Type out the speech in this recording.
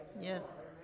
Yes